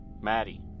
Maddie